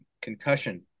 concussion